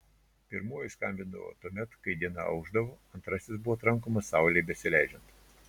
pirmuoju skambindavo tuomet kai diena aušdavo antrasis buvo trankomas saulei besileidžiant